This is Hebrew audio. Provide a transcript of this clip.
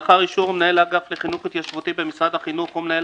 לאחר אישור מנהל האגף לחינוך התיישבותי במשרד החינוך או מנהל